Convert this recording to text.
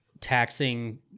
taxing